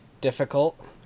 difficult